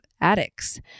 addicts